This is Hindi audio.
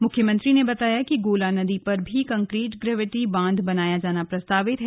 मुख्यमंत्री ने बताया कि गोला नदी पर भी कंक्रीट ग्रेविटी बांध बनाया जाना प्रस्तावित है